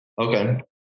Okay